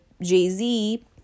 Jay-Z